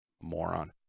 Moron